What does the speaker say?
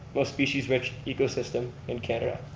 most species rich ecosystem in canada,